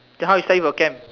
then how you study for exam